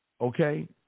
okay